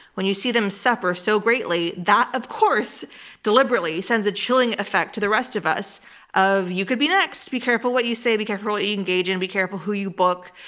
when you see them suffer so greatly, that of course deliberately sends a chilling effect to the rest of us of, you could be next. be careful what you say, be careful what you engage in, be careful who you book,